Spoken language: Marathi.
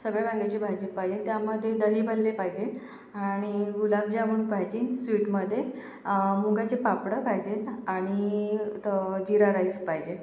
सगळ्या वांग्याची भाजी पाहिजे त्यामध्ये दहीभल्ले पाहिजेत आणि गुलाबजामून पाहिजेत स्वीटमध्ये मुगाचे पापड पाहिजेत आणि जिरा राइस पाहिजे